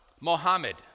Mohammed